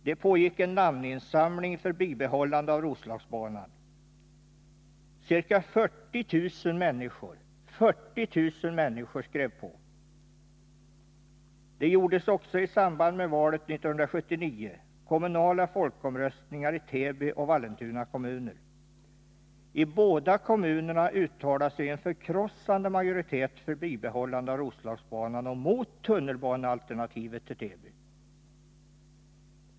Det pågick en namninsamling för bibehållande av Roslagsbanan. Ca 40 000 människor skrev på. Det ordnades också i samband med valet 1979 kommunala folkomröstningar i Täby och Vallentuna kommuner. I båda kommunerna uttalade sig en förkrossande majoritet för bibehållande av Roslagsbanan och mot alternativet med tunnelbana till Täby.